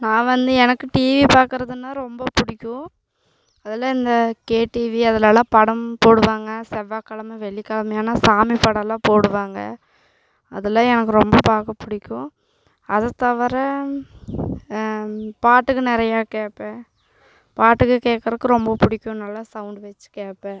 நான் வந்து எனக்கு டிவி பார்க்குறதுன்னா ரொம்ப பிடிக்கும் அதில் இந்த கேடிவி அதிலெல்லாம் படம் போடுவாங்க செவ்வாக்கெழமை வெள்ளிக்கெழமையானா சாமி படோம்லான் போடுவாங்க அதுலாம் எனக்கு ரொம்ப பார்க்க பிடிக்கும் அது தவிர பாட்டுங்க நிறையா கேட்பேன் பாட்டுங்க கேட்குறக்க ரொம்ப பிடிக்கும் நல்லா சவுண்ட் வச்சு கேட்பேன்